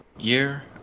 year